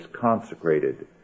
consecrated